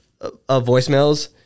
voicemails